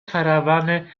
karawany